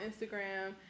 Instagram